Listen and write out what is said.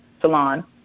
salon